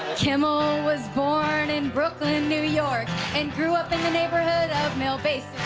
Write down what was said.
kimmel was born in brooklyn, new york and grew up in the neighborhood of mill basin